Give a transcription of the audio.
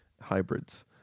Hybrids